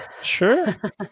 sure